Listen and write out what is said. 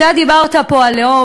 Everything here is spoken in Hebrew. אתה דיברת פה על לאום,